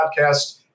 podcast